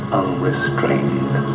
unrestrained